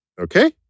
okay